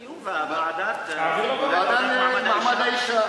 בוועדת, הוועדה למעמד האשה.